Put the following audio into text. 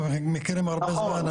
אנחנו מכירים הרבה זמן.